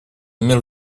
мир